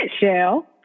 Shell